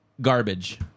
garbage